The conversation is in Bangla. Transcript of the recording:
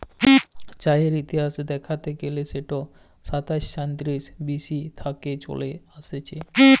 চাঁয়ের ইতিহাস দ্যাইখতে গ্যালে সেট সাতাশ শ সাঁইতিরিশ বি.সি থ্যাইকে চলে আইসছে